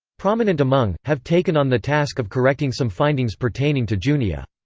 prominent among, have taken on the task of correcting some findings pertaining to junia.